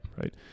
right